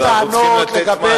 אז אנחנו צריכים לתת מים.